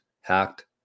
hacked